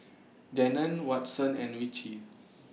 Gannon Watson and Richie